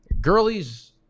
Gurley's